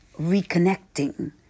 reconnecting